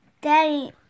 Daddy